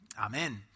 Amen